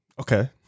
Okay